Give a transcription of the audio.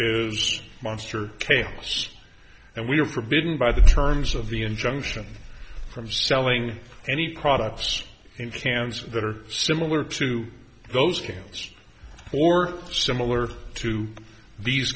is monster chaos and we are forbidden by the terms of the injunction from selling any products in cans that are similar to those cans or similar to these